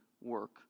work